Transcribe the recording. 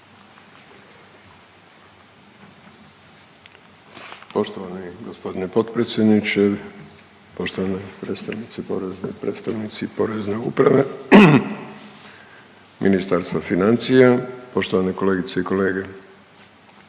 Poštovani gospodine potpredsjedniče, poštovane predstavnice porezne i predstavnici Porezne uprave Ministarstva financija, poštovane kolegice i kolege,